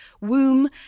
womb